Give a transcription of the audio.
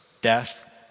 death